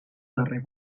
darrer